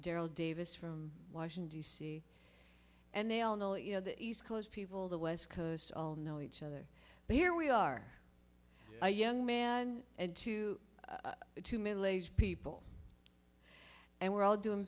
darrell davis from washington d c and they all know you know the east coast people the west coast all know each other but here we are a young man and two two middle aged people and we're all doing